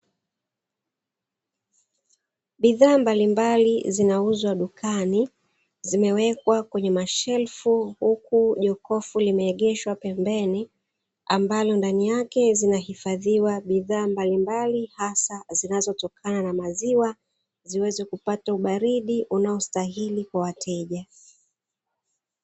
Bidhaa mbalimbali zinauzwa dukani zimewekwa kwenye mashelfu, huku jokofu limeegeshwa pembeni ambalo ndani yake zinahifadhiwa bidhaa mbalimbali hasa zinazotokana na maziwa ziweze kupata ubaridi unaostahili kwa wateja.